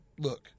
Look